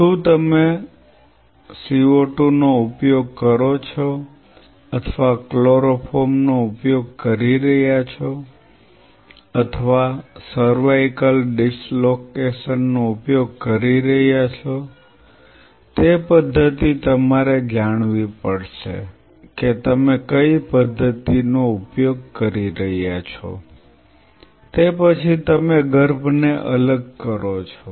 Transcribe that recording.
શું તમે CO2 નો ઉપયોગ કરો છો અથવા ક્લોરોફોર્મનો ઉપયોગ કરી રહ્યા છો અથવા સર્વાઇકલ ડિસલોકેશન નો ઉપયોગ કરી રહ્યા છો તે પદ્ધતિ તમારે જાણવી પડશે કે તમે કઈ પદ્ધતિનો ઉપયોગ કરી રહ્યા છો તે પછી તમે ગર્ભને અલગ કરો છો